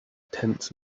tense